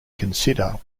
consider